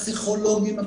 הפסיכולוגים,